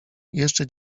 jeszcze